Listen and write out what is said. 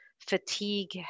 fatigue